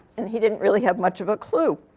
and he didn't really have much of a clue.